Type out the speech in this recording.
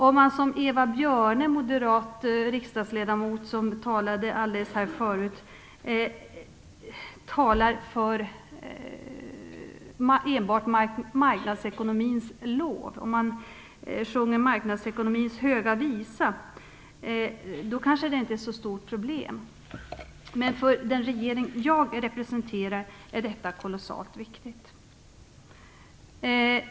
Om man som Eva Björne, moderat riksdagsledamot som talade nyss, talar för enbart marknadsekonomins lov, om man sjunger marknadsekonomins höga visa, då kanske det inte är ett så stort problem. Men för den regering som jag representerar är detta kolossalt viktigt.